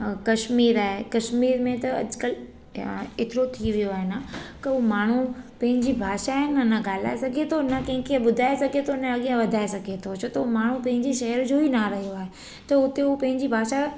कश्मीर आहे कश्मीर में त अॼुकल्ह ऐतिरो थी वियो आहे न को माण्हू पंहिंजी भाषा आहे न ॻाल्हाए सघे थो न कंहिंखे ॿुधाए सघे थो न अॻियां वधाए सघे थो जो थो माण्हू पंहिंजे शहर जो ई न रहियो आहे त हुते हूअ पंहिंजी भाषा